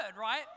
right